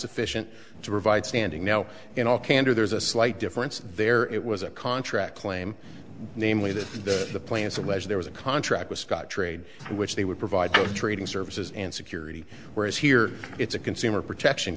sufficient to provide standing now in all candor there's a slight difference there it was a contract claim namely that the plans allege there was a contract with scottrade which they would provide trading services and security whereas here it's a consumer protection